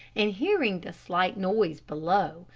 and hearing the slight noise below,